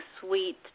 sweet